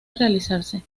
realizarse